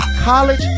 college